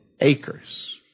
acres